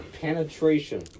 Penetration